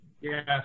Yes